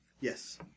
Yes